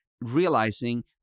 realizing